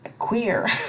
queer